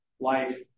life